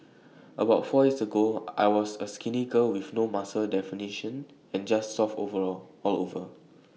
about four years ago I was A skinny girl with no muscle definition and just soft all over